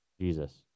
Jesus